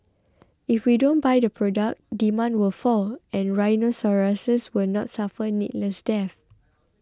if we don't buy the product demand will fall and rhinoceroses will not suffer needless deaths